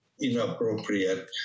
inappropriate